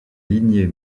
lignées